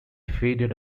faded